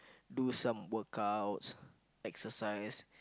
do some workouts exercise